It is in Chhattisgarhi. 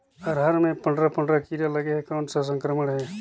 अरहर मे पंडरा पंडरा कीरा लगे हे कौन सा संक्रमण हे?